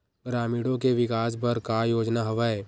ग्रामीणों के विकास बर का योजना हवय?